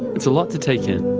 it's a lot to take in.